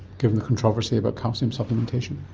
given the controversy about calcium supplementation?